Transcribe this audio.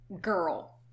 girl